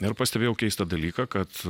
ir pastebėjau keistą dalyką kad